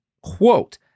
quote